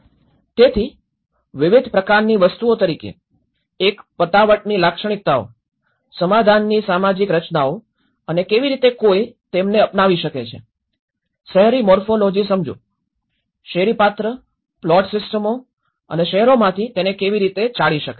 તેથી વિવિધ પ્રકારની વસ્તુઓ તરીકે એક પતાવટની લાક્ષણિકતાઓ સમાધાનની સામાજિક રચનાઓ અને કેવી રીતે કોઈ તેમને અપનાવી શકે છે શહેરી મોર્ફોલોજી સમજો શેરી પાત્ર પ્લોટ સિસ્ટમો અને શહેરોમાંથી તેને કેવી રીતે ચાળી શકાય